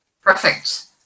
Perfect